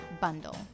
bundle